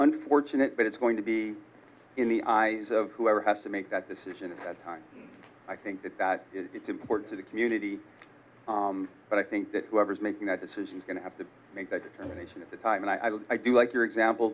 unfortunate but it's going to be in the eyes of whoever has to make that decision at that time i think that it's important to the community but i think that whoever's making that decision is going to have to make that determination at the time and i do like your example